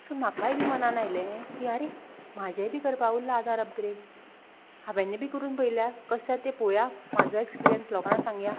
so म्हाकाय बी मनान आयलें की आरे म्हाजें बी करपा उरलां आधार अपग्रेड हांवेन बी करून पयल्या कस जात तें पळोवया म्हाजो एक्सपिरियन्स लोकां सांगया